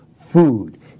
food